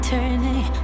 Turning